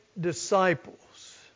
disciples